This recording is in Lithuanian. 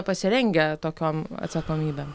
pasirengę tokiom atsakomybėm